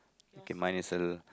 okay mine is a